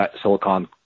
Silicon